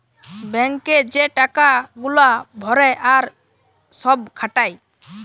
bank এ যে টাকা গুলা ভরে আর সব খাটায়